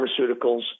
pharmaceuticals